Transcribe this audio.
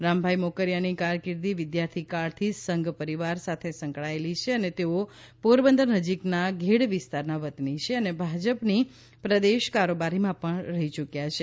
રામભાઇ મોકરિયાની કારકિર્દી વિદ્યાર્થી કાળથી સંઘ પરિવાર સાથે સંકળાયેલી છે અને તેઓ પોરબંદર નજીકના ઘેડ વિસ્તારના વતની છે અને ભાજપની પ્રદેશ કારોબારીમાં પણ રહી યૂક્યા છે